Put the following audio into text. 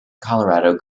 colorado